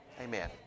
Amen